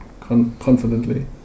confidently